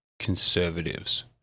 Conservatives